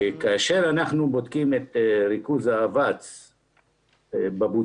כאשר אנחנו בודקים את ריכוז האבץ בבוצה,